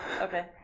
Okay